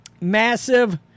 Massive